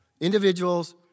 individuals